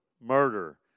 murder